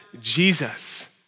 Jesus